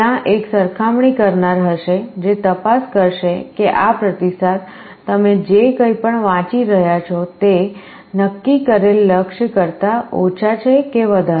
ત્યાં એક સરખામણી કરનાર હશે જે તપાસ કરશે કે આ પ્રતિસાદ તમે જે કંઈપણ વાંચી રહ્યા છો તે નક્કી કરેલા લક્ષ્ય કરતા ઓછા છે કે વધારે